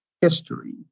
history